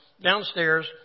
downstairs